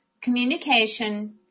communication